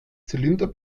zylinder